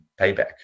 payback